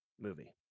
movie